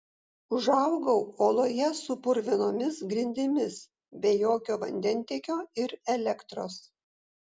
užaugau oloje su purvinomis grindimis be jokio vandentiekio ir elektros